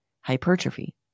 hypertrophy